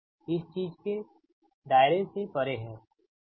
यह बात इस चीज के दायरे से परे है